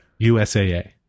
usaa